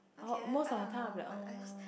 or most of the time I'll be like uh